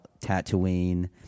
Tatooine